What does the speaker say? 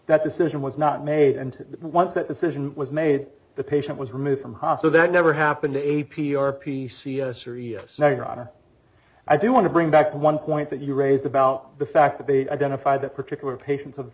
that decision was not made and once that decision was made the patient was removed from ha so that never happened to a p or p c s or you know your honor i do want to bring back one point that you raised about the fact that they identify that particular patients